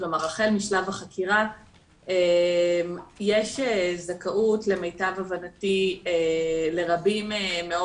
כלומר החל משלב החקירה יש זכאות למיטב הבנתי לרבים מאוד